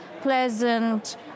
pleasant